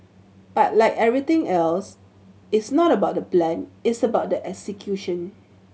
but like everything else it's not about the plan it's about the execution